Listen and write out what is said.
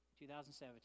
2017